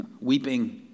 weeping